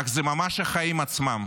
אך זה ממש החיים עצמם.